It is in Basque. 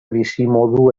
bizimodu